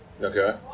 okay